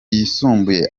yisumbuye